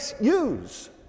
use